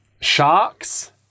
Sharks